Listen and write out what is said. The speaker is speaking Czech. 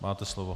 Máte slovo.